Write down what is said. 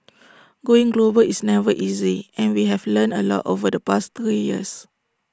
going global is never easy and we have learned A lot over the past three years